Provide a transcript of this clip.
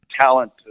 talent